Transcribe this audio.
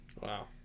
Wow